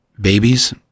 babies